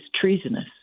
treasonous